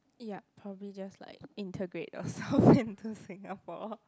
yeah probably just like integrate yourself into Singapore